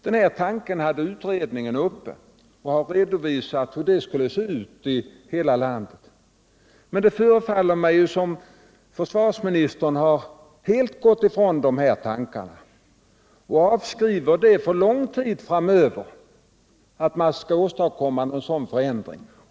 Denna tanke hade utredningen uppe, och den har redovisat hur det skulle se ut i hela landet. Men nu förefaller det som om försvarsministern helt har gått ifrån detta och för lång tid framöver avskriver tanken att man skall åstadkomma en sådan förändring.